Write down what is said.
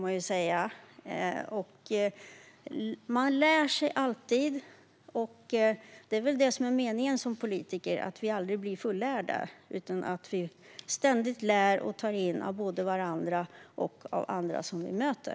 Man lär sig alltid. Det är väl det som är meningen som politiker: Vi blir aldrig fullärda utan lär ständigt och tar ständigt in av både varandra och andra som vi möter.